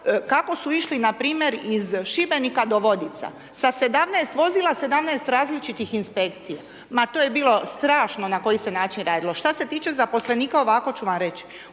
kako su išli npr. iz Šibenika do Vodica. Sa 17 vozila, 17 različitih inspekcija. Ma to je bilo strašno na koji se način radilo. Šta se tiče zaposlenika, ovako ću vam reć.